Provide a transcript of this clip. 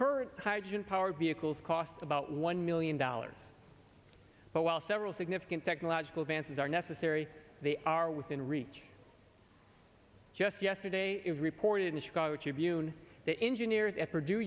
current hydrogen powered vehicles cost about one million dollars but while several significant technological advances are necessary they are within reach just yesterday it reported in the chicago tribune that engineers at purdue